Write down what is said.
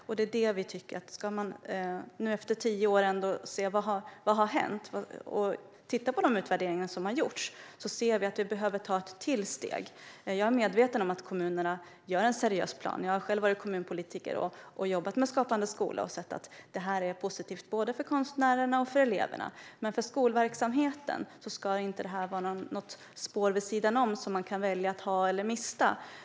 När vi efter tio år tittar på vad som har hänt och på de utvärderingar som har gjorts ser vi att man behöver ta ett steg till. Jag är medveten om att kommunerna gör en seriös plan. Jag har själv varit kommunpolitiker och jobbat med Skapande skola och sett att det är positivt för både konstnärer och elever. Men för skolverksamheten ska detta inte vara något spår vid sidan av som man kan välja att ha eller mista.